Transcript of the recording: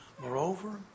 Moreover